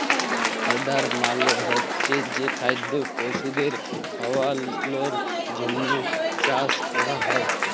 fodder মালে হচ্ছে যে খাদ্য পশুদের খাওয়ালর জন্হে চাষ ক্যরা হ্যয়